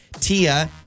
Tia